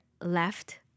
left